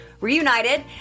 reunited